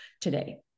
today